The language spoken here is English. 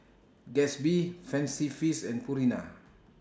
Gatsby Fancy Feast and Purina